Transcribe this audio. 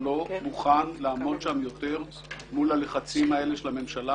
לא מוכן לעמוד שם יותר מול הלחצים האלה של הממשלה,